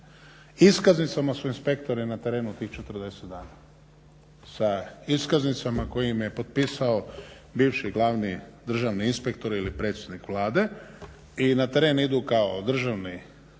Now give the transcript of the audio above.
iskaznicama su inspektori na terenu tih 40 dana. Sa iskaznicama koje im je potpisao bivši glavni državni inspektor ili predsjednik Vlade i na teren idu kao državni